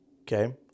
okay